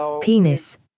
penis